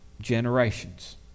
generations